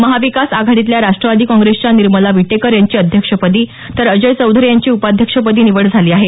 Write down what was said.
महाविकास आघाडीतल्या राष्ट्रवादी काँप्रेसच्या निर्मला विटेकर यांची अध्यक्षपदी तर अजय चौधरी यांची उपाध्यक्षपदी निवड झाली आहे